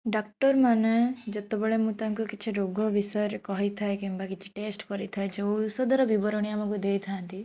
ଡକ୍ଟରମାନେ ଯେତବେଳେ ମୁଁ ତାଙ୍କୁ କିଛି ରୋଗ ବିଷୟରେ କହିଥାଏ କିମ୍ବା କିଛି ଟେଷ୍ଟ କରିଥାଏ ଯେଉଁ ଔଷଧର ବିବରଣୀ ଆମକୁ ଦେଇଥାନ୍ତି